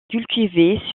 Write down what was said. cultivée